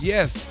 Yes